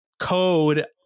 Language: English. Code